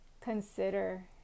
consider